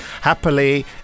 Happily